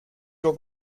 your